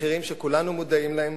מחירים שכולנו מודעים להם